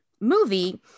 Movie